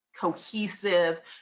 cohesive